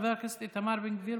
חבר הכנסת איתמר בן גביר,